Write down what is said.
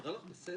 זה נראה לך בסדר?